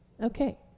Okay